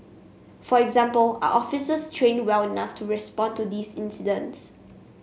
for example are officers trained well enough to respond to these incidents